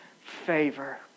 favor